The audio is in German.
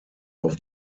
auf